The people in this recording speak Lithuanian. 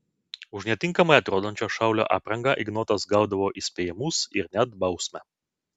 už netinkamai atrodančią šaulio aprangą ignotas gaudavo įspėjimus ir net bausmę